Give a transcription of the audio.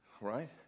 right